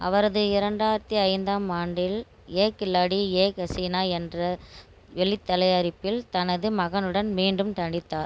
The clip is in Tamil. அவரது இரண்டாயிரத்து ஐந்தாம் ஆண்டில் ஏக் கிலாடி ஏக் ஹசீனா என்ற வெளித் தயாரிப்பில் தனது மகனுடன் மீண்டும் நடித்தார்